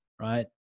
right